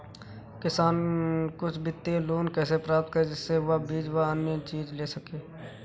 किसान कुछ वित्तीय लोन कैसे प्राप्त करें जिससे वह बीज व अन्य चीज ले सके?